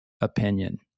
opinion